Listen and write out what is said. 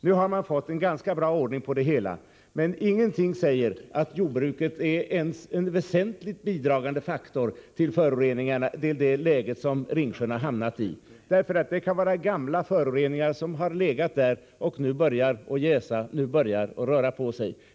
Nu har man fått ganska bra ordning på det hela, men ingenting säger att jordbruket är ens en väsentligt bidragande faktor i fråga om det läge som Ringsjön har hamnat i beträffande föroreningarna. Det kan vara gamla föroreningar som har legat där och nu börjat jäsa och röra på sig.